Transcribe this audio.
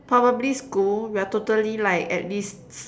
probably school we are totally like at least